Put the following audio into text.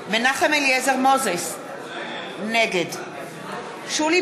מנחם אליעזר מוזס, נגד שולי